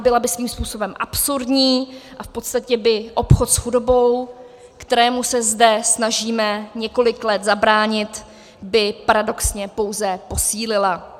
Byla by svým způsobem absurdní a v podstatě by obchod s chudobou, kterému se zde snažíme několik let zabránit, paradoxně pouze posílila.